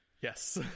Yes